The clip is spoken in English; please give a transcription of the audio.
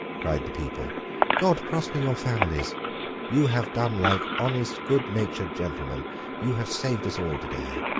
cried the people god prosper your families you have done like honest goodnatured gentlemen you have saved us all today.